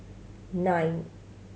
nine